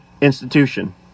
institution